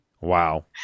Wow